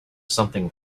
something